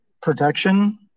protection